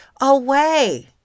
away